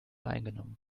eingenommen